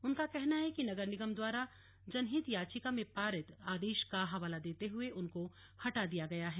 उनका कहना है कि नगर निगम द्वारा जनहित याचिका में पारित आदेश का हवाला देते हुए उनको हटाया दिया गया है